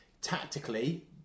tactically